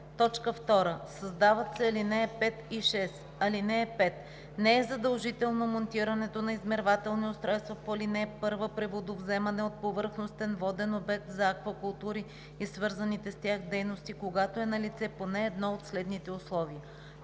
5“. 2. Създават се ал. 5 и 6: „(5) Не е задължително монтирането на измервателни устройства по ал. 1 при водовземане от повърхностен воден обект за аквакултури и свързаните с тях дейности, когато е налице поне едно от следните условия: